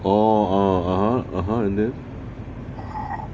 oh oh (uh huh) (uh huh) and then